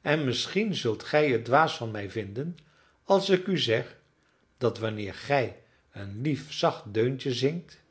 en misschien zult gij het dwaas van mij vinden als ik u zeg dat wanneer gij een lief zacht deuntje zingt